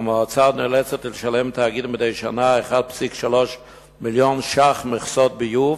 והמועצה עוד נאלצת לשלם לתאגיד מדי שנה 1.3 מיליון שקלים מכסות ביוב